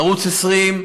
ערוץ 20,